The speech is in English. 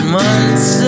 months